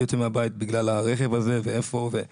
יוצא מהבית בגלל הרכב הזה כי איפה אני